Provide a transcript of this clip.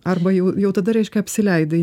arba jau jau tada reiškia apsileidai